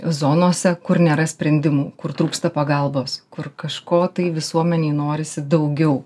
zonose kur nėra sprendimų kur trūksta pagalbos kur kažko tai visuomenei norisi daugiau